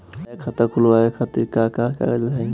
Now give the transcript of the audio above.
नया खाता खुलवाए खातिर का का कागज चाहीं?